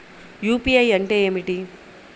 UPI అంటే ఏమిటి?